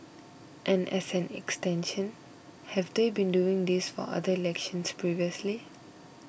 and as an extension have they been doing this for other elections previously